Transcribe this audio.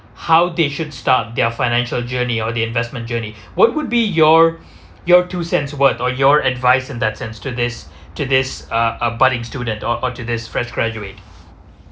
how they should start their financial journey or the investment journey what would be your your two cents word or your advice in that sense to this to this uh uh budding student or or to this fresh graduate